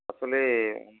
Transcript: আসলে